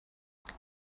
there